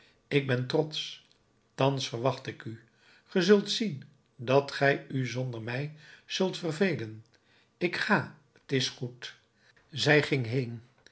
ik ben trotsch thans verwacht ik u ge zult zien dat gij u zonder mij zult vervelen ik ga t is goed zij ging heen